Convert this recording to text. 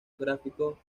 gráficos